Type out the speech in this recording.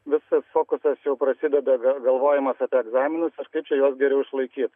visas fokusas jau prasideda gal galvojimas apie egzaminus ir kaip čia juos geriau išlaikyt